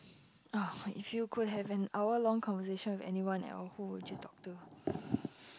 ah if you could have an hour long conversation with anyone else who would you talk to